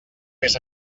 més